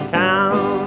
town